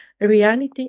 reality